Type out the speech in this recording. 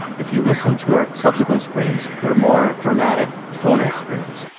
if you listen to her subsequent screams, they're more dramatic tonal screams